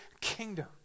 kingdom